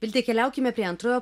vilte keliaukime prie antrojo